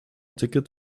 ticket